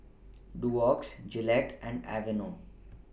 Doux Gillette and Aveeno